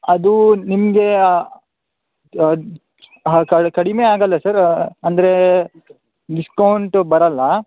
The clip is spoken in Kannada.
ಅದೂ ನಿಮಗೆ ಆ ಕಡಿಮೆ ಆಗಲ್ಲ ಸರ್ ಅಂದರೆ ಡಿಸ್ಕೌಂಟು ಬರಲ್ಲ